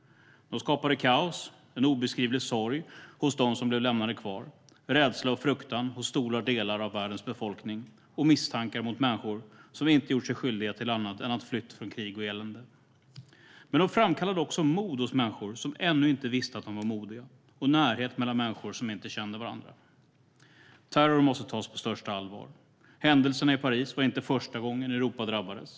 De skapade kaos, en obeskrivlig sorg hos dem som blev lämnade kvar, rädsla och fruktan hos stora delar av världens befolkning och misstankar mot människor som inte gjort sig skyldiga till annat än att fly från krig och elände. Men de framkallade också mod hos människor som ännu inte visste att de var modiga och närhet mellan människor som inte kände varandra. Terror måste tas på största allvar. Händelserna i Paris var inte första gången Europa drabbades.